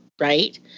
right